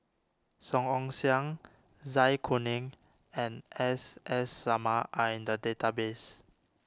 Song Ong Siang Zai Kuning and S S Sarma are in the database